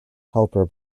helper